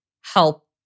help